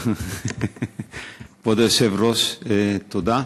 כבוד היושב-ראש, תודה.